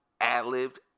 ad-libbed